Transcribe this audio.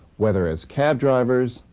whether as cab drivers,